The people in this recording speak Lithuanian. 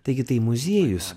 taigi tai muziejus